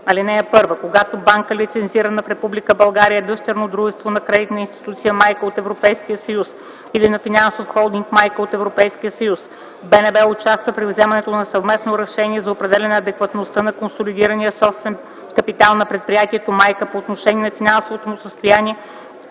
Чл. 92г. (1) Когато банка, лицензирана в Република България, е дъщерно дружество на кредитна институция майка от Европейския съюз или на финансов холдинг майка от Европейския съюз, БНБ участва при вземането на съвместно решение за определяне на адекватността на консолидирания собствен капитал на предприятието майка по отношение на финансовото му състояние